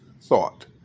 thought